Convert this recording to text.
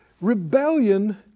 Rebellion